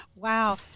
Wow